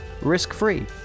risk-free